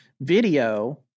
video